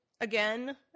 again